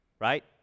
Right